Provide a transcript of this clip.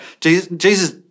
Jesus